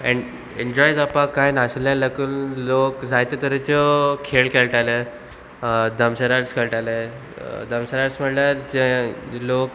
N enjoy जावपाक कांय नाशिल्ले लागून लोक जायते तरेच्यो खेळ खेळटाले धमशराज खेळटाले धमशराज म्हळ्यार जे लोक